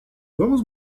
vamos